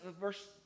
verse